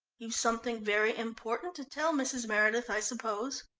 you've something very important to tell mrs. meredith, i suppose.